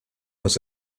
was